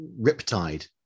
riptide